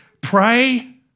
Pray